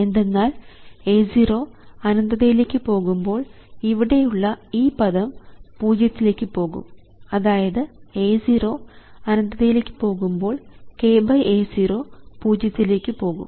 എന്തെന്നാൽ A0 അനന്തതയിലേക്ക് പോകുമ്പോൾ ഇവിടെയുള്ള ഈ പദം പൂജ്യത്തിലേക്ക് പോകും അതായത് A0 അനന്തതയിലേക്ക് പോകുമ്പോൾ k A 0 പൂജ്യത്തിലേക്ക് പോകും